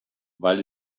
weil